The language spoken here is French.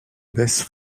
baisse